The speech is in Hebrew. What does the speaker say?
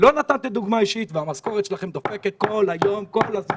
לא נתתם דוגמה אישית והמשכורת שלכם דופקת כל יום כל הזמן.